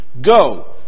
Go